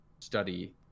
study